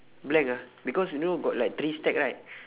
black ah because you know got like three stack right